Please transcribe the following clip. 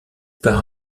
part